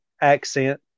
Accent